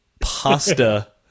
pasta